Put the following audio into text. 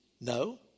No